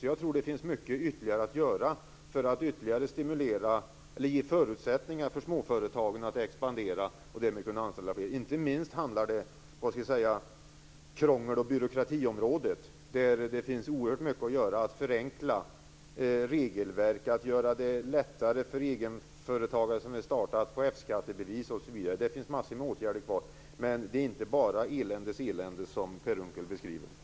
Jag tror att det finns mycket att göra för att ytterligare ge förutsättningar för småföretagen att expandera och därmed kunna anställa fler. Det handlar inte minst om krångel och byråkratiområdet. Det finns oerhört mycket att göra med att förenkla regelverk, t.ex. att göra det lättare för egenföretagare som vill starta att få F skattebevis osv. Det finns massor med åtgärder kvar. Men det är inte bara eländes elände, som Per Unckel beskriver det.